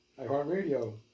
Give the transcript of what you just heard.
iHeartRadio